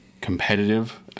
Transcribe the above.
competitive